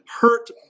hurt